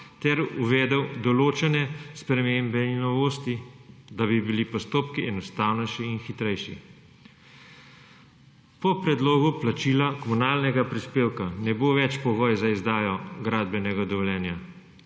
ter uvedle določene spremembe in novosti, da bi bili postopki enostavnejši in hitrejši. Po predlogu plačilo komunalnega prispevka ne bo več pogoj za izdajo gradbenega dovoljenja.